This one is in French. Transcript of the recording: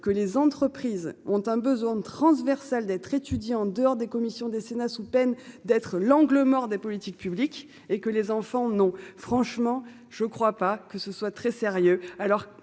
que les entreprises ont un besoin transversale d'être étudiés en dehors des commissions des sénats sous peine d'être l'angle mort des politiques publiques et que les enfants non franchement je crois pas que ce soit très sérieux.